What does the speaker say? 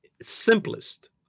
simplest